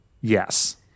Yes